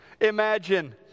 Imagine